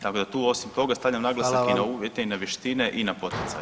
Tako da tu osim toga stavljam naglasak i na uvjete i na vještine i na poticaje.